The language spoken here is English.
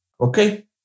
Okay